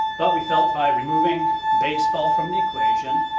but we felt by removing baseball from the equation,